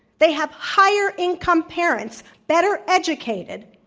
they have higher income parents, better educated.